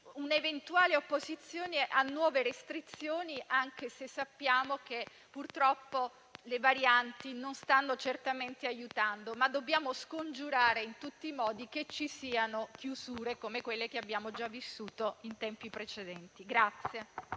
un'eventuale opposizione a nuove restrizioni, anche se sappiamo che purtroppo le varianti non stanno certamente aiutando. Dobbiamo scongiurare in tutti i modi che ci siano chiusure come quelle che abbiamo già vissuto in tempi precedenti.